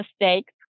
mistakes